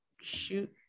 shoot